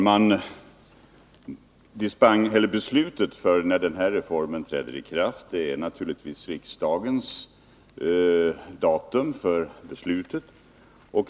Fru talman! Tidpunkten för när denna reform träder i kraft är naturligtvis det datum när riksdagen fattar beslut om den.